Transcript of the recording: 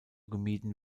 gemieden